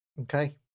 Okay